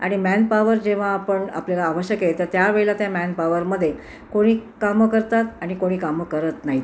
आणि मॅनपॉवर जेव्हा आपण आपल्याला आवश्यक आहे तर त्या वेळेला त्या मॅनपॉवरमध्ये कोणी कामं करतात आणि कोणी कामं करत नाहीत